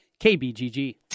KBGG